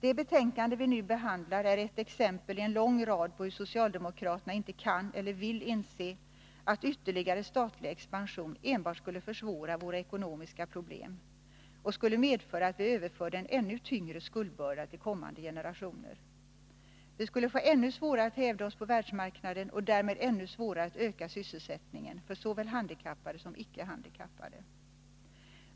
Det betänkande vi nu behandlar är ett exempel i en lång rad på hur socialdemokraterna inte kan eller vill inse att ytterligare statlig expansion enbart skulle försvåra våra ekonomiska problem och medföra att vi överförde en ännu tyngre skuldbörda till kommande generationer. Vi skulle få ännu svårare att hävda oss på världsmarknaden och därmed få ännu svårare att öka sysselsättningen för såväl handikappade som icke handikappade.